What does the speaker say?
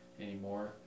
anymore